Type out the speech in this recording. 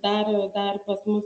dar dar pas mus